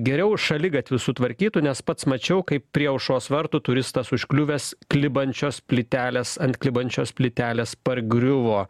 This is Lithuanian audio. geriau šaligatvius sutvarkytų nes pats mačiau kaip prie aušros vartų turistas užkliuvęs klibančios plytelės ant klibančios plytelės pargriuvo